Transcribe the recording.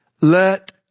Let